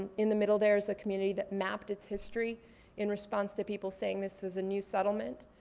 and in the middle there is a community that mapped its history in response to people saying this was a new settlement.